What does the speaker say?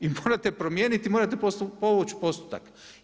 I morate promijeniti i morate povući postupak.